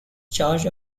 charge